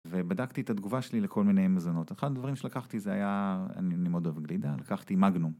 ובדקתי את התגובה שלי לכל מיני מזונות. אחד הדברים שלקחתי זה היה, אני מאוד אוהב גלידה, לקחתי מגנום.